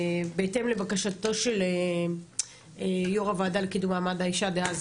בהתאם לבקשתו של יו"ר הוועדה לקידום מעמד האישה דאז,